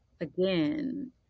again